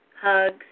hugs